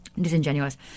Disingenuous